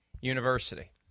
University